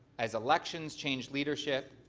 as elections change leadership,